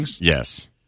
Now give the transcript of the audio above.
Yes